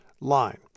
line